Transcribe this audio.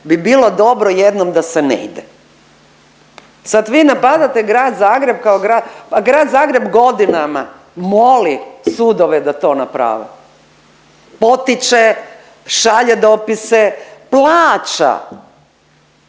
bi bilo dobro jednom da se ne ide. Sad vi napadate Grad Zagreb kao grad, pa Grad Zagreb godinama moli sudove da to naprave, potiče, šalje dopise, plaća